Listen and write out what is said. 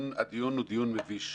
הדיון הוא דיון מביש,